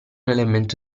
elemento